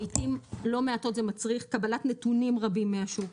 לעיתים לא מעטות זה מצריך קבלת נתונים רבים מהשוק,